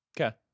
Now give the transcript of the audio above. Okay